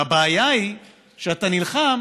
והבעיה היא שאתה נלחם